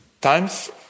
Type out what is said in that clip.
times